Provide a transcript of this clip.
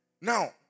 Now